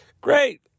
great